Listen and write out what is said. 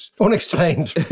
Unexplained